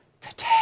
today